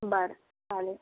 बरं चालेल